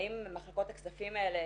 האם מחלקות הכספים האלה